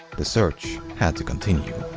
the search had to continue.